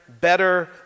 better